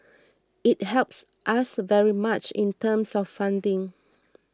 it helps us very much in terms of funding